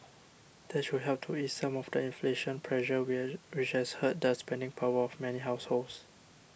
that should help to ease some of the inflation pressure where which has hurt the spending power of many households